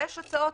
יש הצעות,